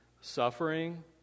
suffering